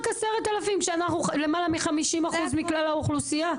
רק 10,000, שאנחנו למעלה מ-50% מכלל האוכלוסייה.